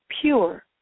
Pure